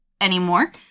anymore